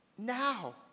now